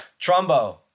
Trumbo